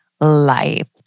life